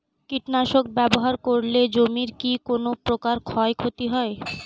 কীটনাশক ব্যাবহার করলে জমির কী কোন প্রকার ক্ষয় ক্ষতি হয়?